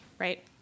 right